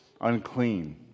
Unclean